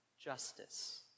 justice